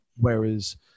Whereas